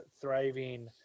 thriving